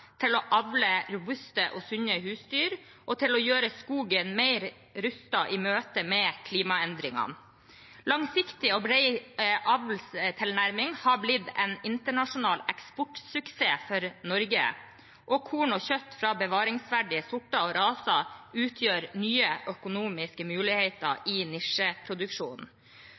til å avle robuste og sunne husdyr og til å gjøre skogen mer rustet i møte med klimaendringene. Langsiktig og bred avlstilnærming har blitt en internasjonal eksportsuksess for Norge, og korn og kjøtt fra bevaringsverdige sorter og raser utgjør nye økonomiske muligheter i nisjeproduksjonen.